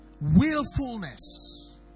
Willfulness